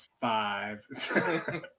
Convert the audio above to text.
five